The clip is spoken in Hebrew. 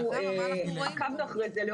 אנחנו עקבנו אחרי זה.